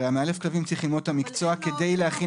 הרי מאלף הכלבים צריך ללמוד את המקצוע כדי להכין